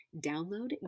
download